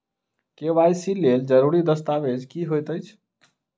KYC लेल जरूरी दस्तावेज की होइत अछि?